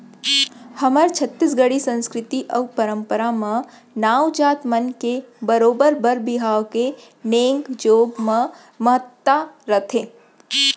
हमर छत्तीसगढ़ी संस्कृति अउ परम्परा म नाऊ जात मन के बरोबर बर बिहाव के नेंग जोग म महत्ता रथे